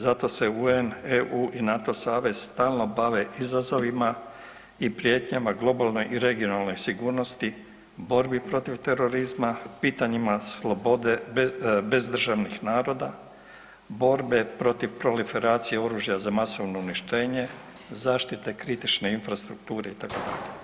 Zato se UN, EU i NATO savez stalno bave izazovima i prijetnjama globalnoj i regionalnoj sigurnosti, borbi protiv terorizma, pitanjima slobode bez državnih naroda, borbe protiv proliferacije oružja za masovno uništenje, zaštite kritične infrastrukture itd.